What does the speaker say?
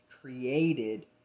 created